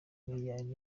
miliyari